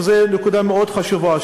וזו נקודה מאוד חשובה,